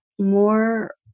more